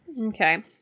okay